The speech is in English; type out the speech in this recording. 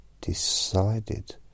decided